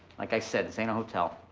like i said, this ain't a hotel.